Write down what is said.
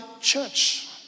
church